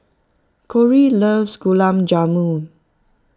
Korey loves Gulab Jamun